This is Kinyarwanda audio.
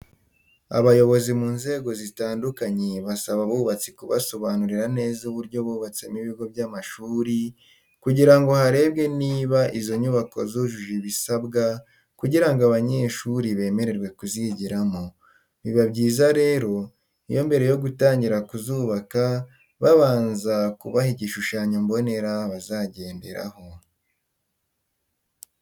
Abayobozi mu nzego zitandukanye basaba abubatsi kubasobanurira neza uburyo bubatsemo ibigo by'amashuri kugira ngo harebwe niba izo nyubako zujuje ibisabwa kugira ngo abanyeshuri bemererwe kuzigiramo. Biba byiza rero iyo mbere yo gutangira kuzubaka babanza kubaha igishushanyo mbonera bazagenderaho.